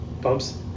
Bumps